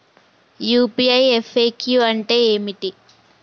UPI FAQ అంటే ఏమిటి?